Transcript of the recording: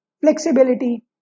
flexibility